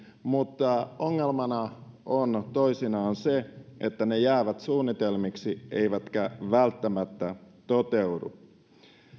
mutta ongelmana on toisinaan se että ne jäävät suunnitelmiksi eivätkä välttämättä toteudu